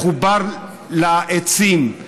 מחובר לעצים,